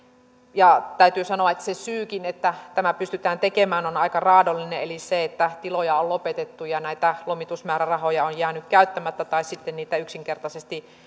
ja täytyy sanoa että se syykin että tämä pystytään tekemään on aika raadollinen eli se että tiloja on lopetettu ja näitä lomitusmäärärahoja on jäänyt käyttämättä tai sitten niitä yksinkertaisesti